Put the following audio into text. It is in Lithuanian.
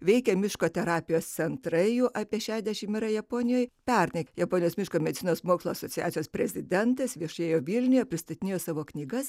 veikia miško terapijos centrai jų apie šešasdešimt yra japonijoje pernai japonijos miško medicinos mokslo asociacijos prezidentas viešėjo vilniuje pristatinėjo savo knygas